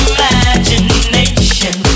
Imagination